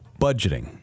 budgeting